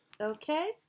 Okay